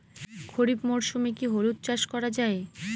খরিফ মরশুমে কি হলুদ চাস করা য়ায়?